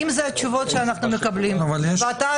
גם מבקר המדינה